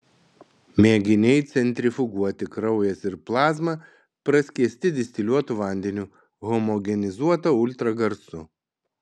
mėginiai centrifuguoti kraujas ir plazma praskiesti distiliuotu vandeniu homogenizuota ultragarsu